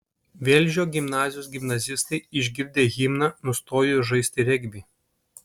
velžio gimnazijos gimnazistai išgirdę himną nustojo žaisti regbį